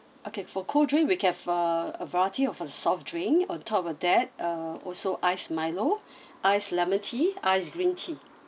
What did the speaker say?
okay for cold drink we have uh a variety of soft drink on top of that uh also ice milo ice lemon tea ice green tea